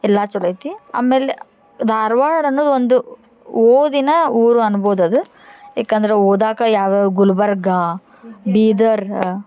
ಎಲ್ಲ ಚಲೋ ಐತಿ ಆಮೇಲೆ ಧಾರ್ವಾಡ ಅನ್ನುದ ಒಂದು ಓದಿನ ಊರು ಅನ್ಬೊದು ಅದು ಯಾಕಂದರೆ ಓದಾಗ ಯಾವ ಯಾವ ಗುಲ್ಬರ್ಗ ಬೀದರ್